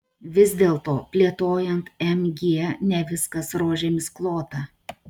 vis dėlto plėtojant mg ne viskas rožėmis klota